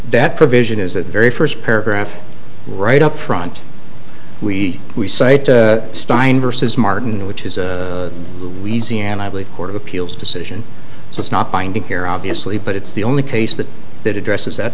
that provision is that very first paragraph right up front we we say stein versus martin which is a louisiana court of appeals decision so it's not binding here obviously but it's the only case that that addresses that